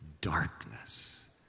darkness